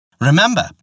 Remember